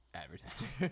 advertiser